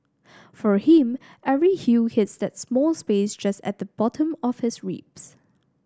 for him every hue hits that small space just at the bottom of his ribs